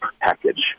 package